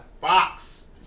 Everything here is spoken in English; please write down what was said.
Fox